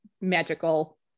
magical